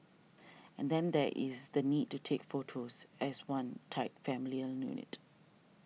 and then there is the need to take photos as one tight familial unit